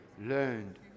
learned